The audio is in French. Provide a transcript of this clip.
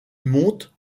monte